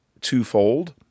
twofold